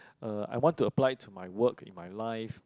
uh I want to apply to my work in my life